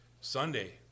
Sunday